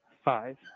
five